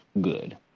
good